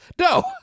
No